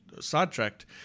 sidetracked